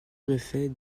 préfet